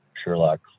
Sherlock